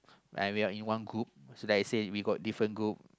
like we are in one group so that I say we got different group